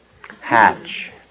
Hatch